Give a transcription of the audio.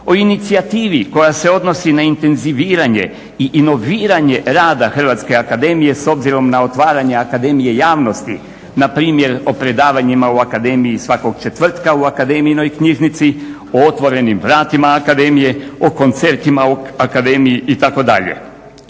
o inicijativi koja se odnosi na intenziviranje i inoviranje rada Hrvatske akademije s obzirom na otvaranje akademije javnosti. Na primjer o predavanjima u Akademiji svakog četvrtka u akademijinoj knjižnici, o otvorenim vratima Akademije, o koncertima u Akademiji itd.